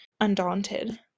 undaunted